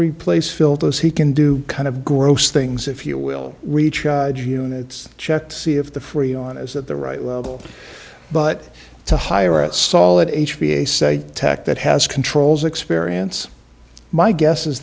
replace fill those he can do kind of gross things if you will recharge units check to see if the free on is that the right level but to hire a solid h b a say tech that has controls experience my guess is